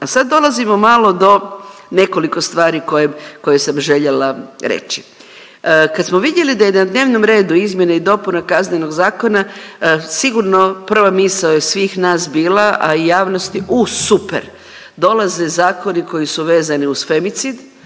A sad dolazimo malo do nekoliko stvari koje, koje sam željela reći. Kad smo vidjeli da je na dnevnom redu izmjena i dopuna Kaznenog zakona sigurno prva misao je svih nas bila, a i javnosti u super, dolaze zakoni koji su vezani uz femicid,